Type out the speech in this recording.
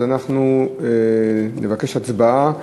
אז נבקש הצבעה.